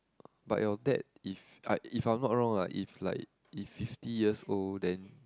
but your dad if I if I'm not wrong ah if like if fifty years old then